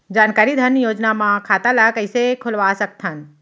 जानकारी धन योजना म खाता ल कइसे खोलवा सकथन?